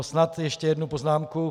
Snad ještě jednu poznámku.